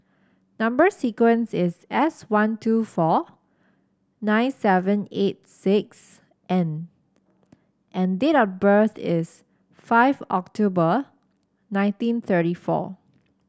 number sequence is S one two four nine seven eight six N and date of birth is five October nineteen thirty four